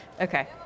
Okay